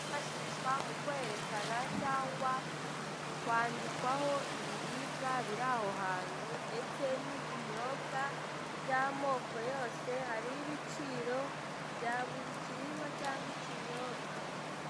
Byifashishwa mu kwerekana cyangwa kwandikwaho ibiribwa biri aho hantu ndetse n'ibinyobwa by'amoko yose, hariho ibiciro bya buri kiribwa cyangwa ikinyobwa.